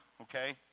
okay